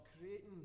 creating